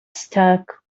stuck